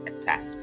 attacked